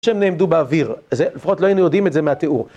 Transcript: שהם נעמדו באוויר, לפחות לא היינו יודעים את זה מהתיאור